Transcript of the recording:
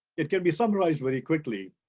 it can be summarized very quickly.